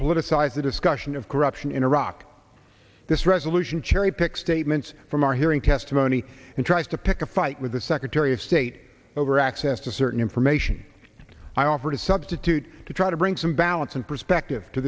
politicize the discussion of corruption in iraq this resolution cherry pick statements from our hearing testimony and tries to pick a fight with the secretary of state over access to certain information i offered a substitute to try to bring some balance and perspective to